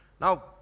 Now